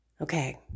Okay